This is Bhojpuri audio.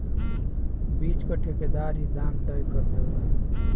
बीच क ठेकेदार ही दाम तय कर देवलन